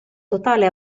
totale